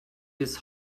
his